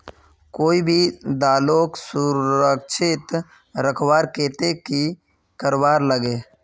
कोई भी दालोक सुरक्षित रखवार केते की करवार लगे?